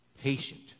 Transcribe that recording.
patient